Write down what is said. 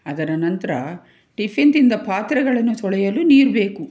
ಅದರ ನಂತರ ಟಿಫಿನ್ ತಿಂದ ಪಾತ್ರೆಗಳನ್ನು ತೊಳೆಯಲು ನೀರು ಬೇಕು